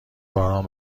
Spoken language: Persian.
باران